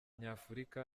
nyafurika